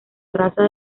raza